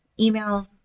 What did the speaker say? email